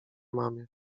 mamie